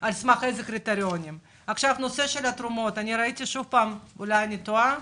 לגבי התרומות, אני מקווה שאני לא טועה,